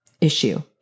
issue